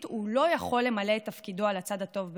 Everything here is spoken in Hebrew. הוא לא יכול למלא את תפקידו על הצד הטוב ביותר.